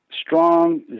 strong